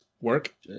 work